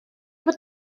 bod